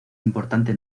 importante